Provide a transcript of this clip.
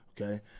okay